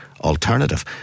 alternative